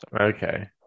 Okay